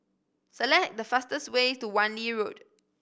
select the fastest way to Wan Lee Road